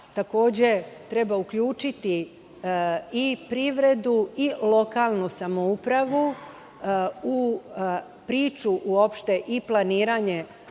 takođe treba uključiti i privredu i lokalnu samoupravu u priču uopšte i planiranje